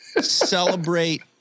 celebrate